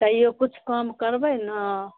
तैओ किछु कम करबै ने